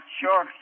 sure